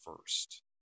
first